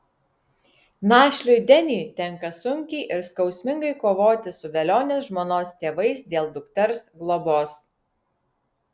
našliui deniui tenka sunkiai ir skausmingai kovoti su velionės žmonos tėvais dėl dukters globos